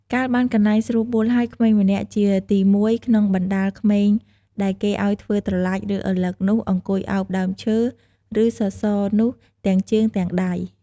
កាលបានកន្លែងស្រួលបួលហើយ ក្មេងម្នាក់ជាទី១ ក្នុងបណ្តាលក្មេង ដែលគេឲ្យធ្វើត្រឡាច ឬ ឪឡឹកនោះ អង្គុយឱបដើមឈើ ឬសសរនោះទាំងជើងទាំងដៃ។